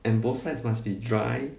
and both sides must be dry